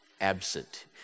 absent